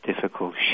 difficult